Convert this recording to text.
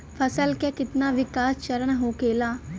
फसल के कितना विकास चरण होखेला?